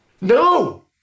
No